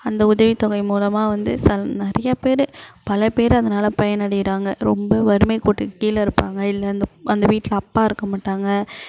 அந்த உதவித்தொகை மூலமாக வந்து சில நிறையா பேர் பல பேர் அதனால் பயனடைகிறாங்க ரொம்ப வறுமைக் கோட்டுக்குக் கீழே இருப்பாங்க இல்லை அந்த அந்த வீட்டில் அப்பா இருக்க மாட்டாங்க